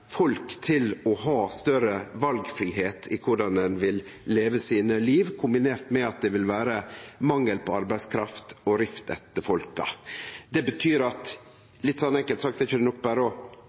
til å ha større valfridom i korleis ein vil leve livet sitt, kombinert med at det vil vere mangel på arbeidskraft og rift etter folka. Det betyr litt sånn enkelt sagt at det er ikkje nok berre å